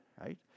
right